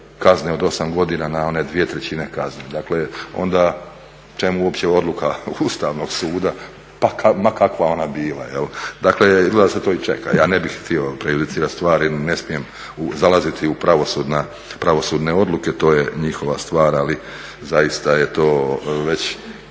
kazne od 8 godina na one dvije trećine kazne. Dakle, onda čemu uopće odluka Ustavnog suda ma kakva ona bila. Dakle, izgleda da se to i čeka. Ja ne bih htio prejudicirati stvari, ne smijem zalaziti u pravosudne odluke, to je njihova stvar, ali zaista je to već